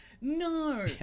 no